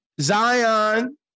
Zion